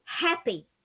happy